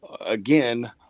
again –